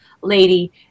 lady